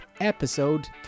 episode